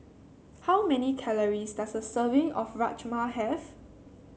how many calories does a serving of Rajma have